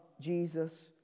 Jesus